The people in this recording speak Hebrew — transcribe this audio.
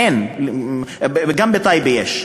אין, גם בטייבה יש,